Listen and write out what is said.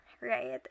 right